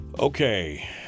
Okay